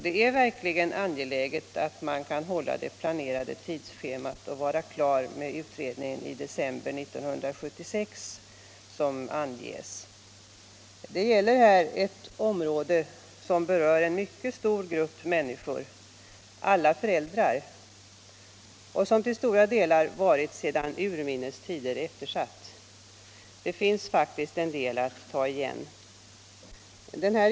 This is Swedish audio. Det är verkligen angeläget att utredningen kan hålla det planerade tidsschemat och vara färdig i december 1976, som angivits. Det gäller här ett område som berör en mycket stor grupp människor - alla föräldrar — och som sedan urminnes tider till stora delar varit eftersatt. Det finns faktiskt en del att ta igen.